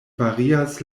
varias